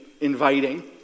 inviting